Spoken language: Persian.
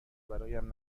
برایم